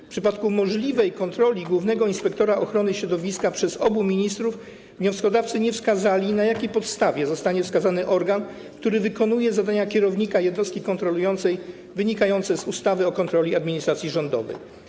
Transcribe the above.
W przypadku możliwej kontroli głównego inspektora ochrony środowiska przez obu ministrów wnioskodawcy nie wskazali, na jakiej podstawie zostanie wskazany organ, który wykonuje zadania kierownika jednostki kontrolującej wynikające z ustawy o kontroli administracji rządowej.